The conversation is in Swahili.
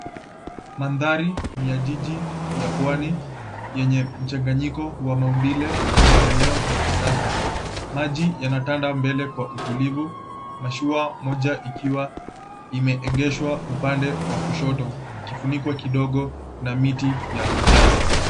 Mandhari ni ya jiji ya pwani yenye mchanganyiko wa maumbile na maendeleo ya kisasa. Maji yanatanda mbele kwa utulivu, mashua moja ikiwa imeegeshwa upande wa kushoto ikifunikwa kidogo na miti ya kijani.